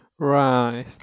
Right